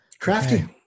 Crafty